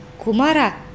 Kumara